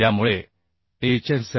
त्यामुळे HSFG